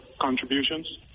contributions